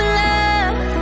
love